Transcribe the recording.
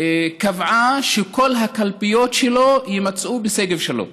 קבעה שכל הקלפיות שלו יימצאו בשגב שלום.